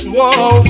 Whoa